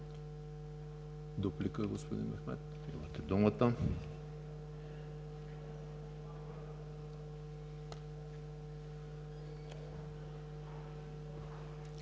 Дуплика, господин Мехмед